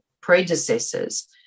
predecessors